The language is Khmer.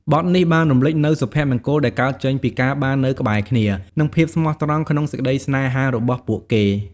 បទនេះបានរំលេចនូវសុភមង្គលដែលកើតចេញពី ការបាននៅក្បែរគ្នា និង ភាពស្មោះត្រង់ក្នុងសេចក្ដីស្នេហា របស់ពួកគេ។